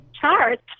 charts